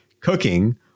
cooking